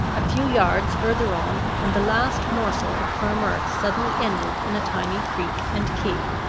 a few yards further on, and the last morsel of firm earth suddenly ended in a tiny creek and quay.